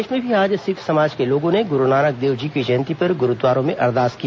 प्रदेश में भी आज सिख समाज के लोगों ने गुरूनानक देवजी की जयंती पर गुरूद्वारों में अरदास किया